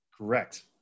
Correct